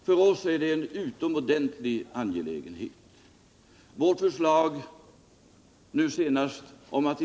För oss är detta en angelägenhet av utomordentligt stor vikt.